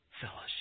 fellowship